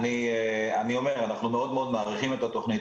אנחנו מאוד מאוד מעריכים את התוכנית,